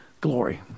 Glory